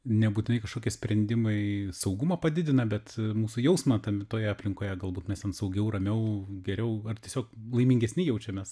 nebūtinai kažkokie sprendimai saugumą padidina bet mūsų jausmą tam toje aplinkoje galbūt mes ten saugiau ramiau geriau ar tiesiog laimingesni jaučiamės